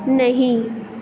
نہیں